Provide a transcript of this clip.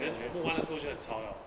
then 不玩的时候就很嘈 liao